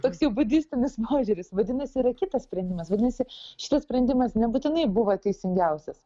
toks jau budistinis požiūris vadinasi yra kitas sprendimas vadinasi šitas sprendimas nebūtinai buvo teisingiausias